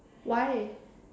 why